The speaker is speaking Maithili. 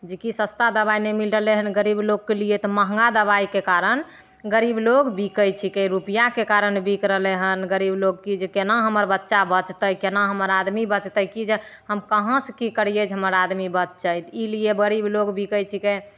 जेकि सस्ता दबाइ नहि मिल रहलै हन गरीब लोगके लिए तऽ महगा दबाइके कारण गरीब लोग बिकै छीकै रूपैआके कारण बिक रहलै हन कि गरीब लोग कि जे केना हमर बच्चा बचतै केना हमर आदमी बचतै की जाने हम कहाँ से की करिए जे हमर आदमी बच्चे ई लिए गरीब लोग भी की कहैत छिकै